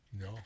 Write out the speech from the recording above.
No